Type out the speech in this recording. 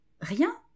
Rien